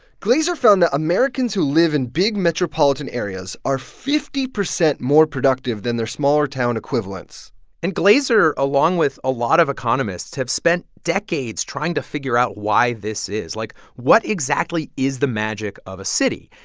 glaeser found that americans who live in big metropolitan areas are fifty percent more productive than their smaller-town equivalents and glaeser, along with a lot of economists, have spent decades trying to figure out why this is. like, what exactly is the magic of a city?